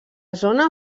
zona